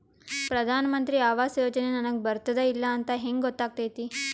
ಪ್ರಧಾನ ಮಂತ್ರಿ ಆವಾಸ್ ಯೋಜನೆ ನನಗ ಬರುತ್ತದ ಇಲ್ಲ ಅಂತ ಹೆಂಗ್ ಗೊತ್ತಾಗತೈತಿ?